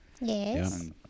Yes